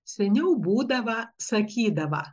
seniau būdava sakydava